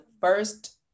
first